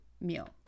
meal